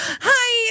hi